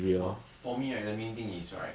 but for me the main thing is right